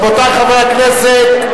רבותי חברי הכנסת,